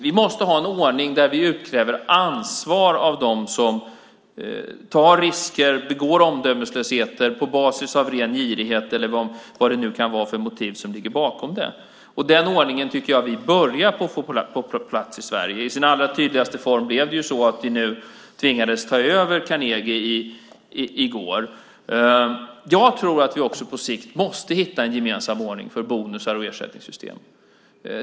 Vi måste ha en ordning där vi utkräver ansvar av dem som tar risker, begår omdömeslösheter på basis av ren girighet eller vad det nu kan vara för motiv som ligger bakom. Den ordningen tycker jag att vi börjar få på plats i Sverige. I sin allra tydligaste form blev det så att vi tvingades ta över Carnegie i går. Jag tror att vi också på sikt måste hitta en gemensam ordning för bonusar och ersättningssystem.